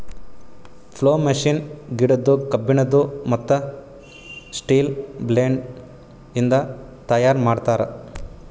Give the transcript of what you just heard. plough machine ಗಿಡದ್ದು, ಕಬ್ಬಿಣದು, ಮತ್ತ್ ಸ್ಟೀಲ ಬ್ಲೇಡ್ ಇಂದ ತೈಯಾರ್ ಮಾಡ್ತರ್